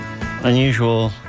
unusual